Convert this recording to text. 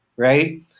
right